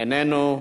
איננו.